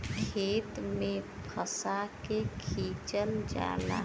खेत में फंसा के खिंचल जाला